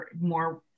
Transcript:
more